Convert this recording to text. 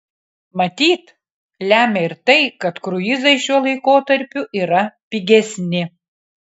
matyt lemia ir tai kad kruizai šiuo laikotarpiu yra pigesni